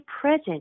present